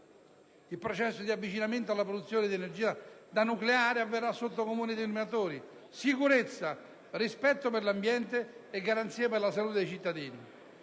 Il processo di avvicinamento alla produzione di energia da nucleare avverrà sotto comuni denominatori: sicurezza, rispetto per l'ambiente e garanzia per la salute dei cittadini.